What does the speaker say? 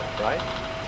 right